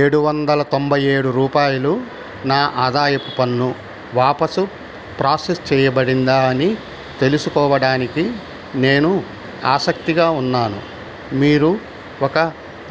ఏడు వందల తొంభై ఏడు రూపాయలు నా ఆదాయపు పన్ను వాపసు ప్రాసెస్ చేయబడిందా అని తెలుసుకోవడానికి నేను ఆసక్తిగా ఉన్నాను మీరు ఒక